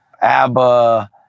ABBA